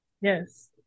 yes